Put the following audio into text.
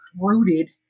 rooted